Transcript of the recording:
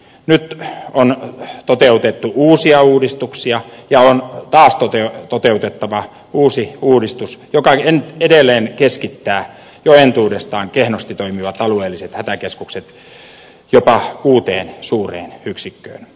nyt on toteutettu uusia uudistuksia ja on taas toteutettava uusi uudistus joka edelleen keskittää jo entuudestaan kehnosti toimivat alueelliset hätäkeskukset jopa kuuteen suureen yksikköön